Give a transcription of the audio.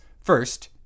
First